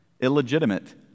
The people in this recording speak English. Illegitimate